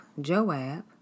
Joab